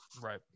right